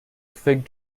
fig